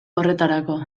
horretarako